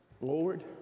Lord